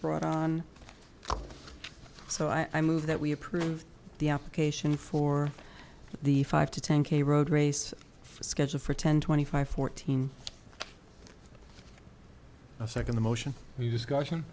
brought on so i move that we approve the application for the five to ten k road race scheduled for ten twenty five fourteen a second the motion the discussion